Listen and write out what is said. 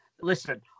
listen